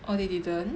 oh they didn't